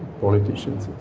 politicians